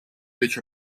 речь